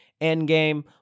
Endgame